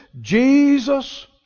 Jesus